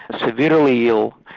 severely ill,